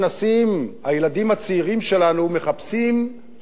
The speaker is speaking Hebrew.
הילדים הצעירים שלנו מחפשים למצוא דמויות